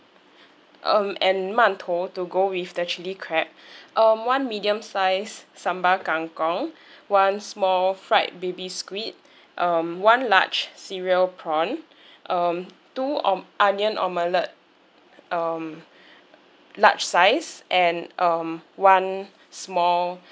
um and mantou to go with the chili crab um one medium size sambal kangkong one small fried baby squid um one large cereal prawn um two om~ onion omelette um large size and um one small